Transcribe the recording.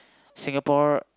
Singapore